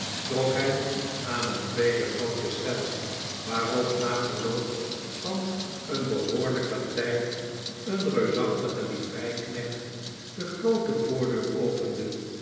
trok hij aan een tweede groote schel waarop na verloop van een behoorlijken tijd een reusachtige livreiknecht de groote voordeur opende